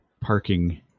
parking